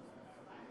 זוהי